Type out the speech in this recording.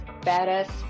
badass